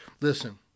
listen